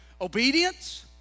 obedience